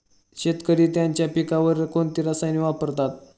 शेतकरी त्यांच्या पिकांवर कोणती रसायने वापरतात?